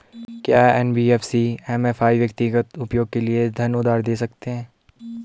क्या NBFC MFI व्यक्तिगत उपयोग के लिए धन उधार दें सकते हैं?